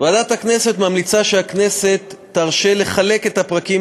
ועדת הכנסת ממליצה שהכנסת תרשה לחלק את הפרקים